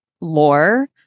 lore